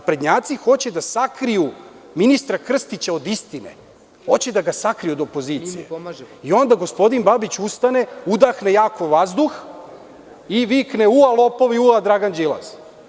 Naprednjaci hoće da sakriju ministra Krstića od istine, hoće da ga sakriju od opozicije i onda gospodin Babić ustane, udahne jako vazduh i vikne – ua lopovi, ua Dragan Đilas.